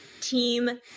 team